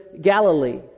Galilee